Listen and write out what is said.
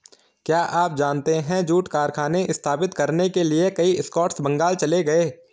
क्या आप जानते है जूट कारखाने स्थापित करने के लिए कई स्कॉट्स बंगाल चले गए?